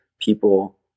people